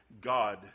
God